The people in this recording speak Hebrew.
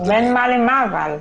בין מה למה אבל?